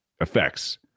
effects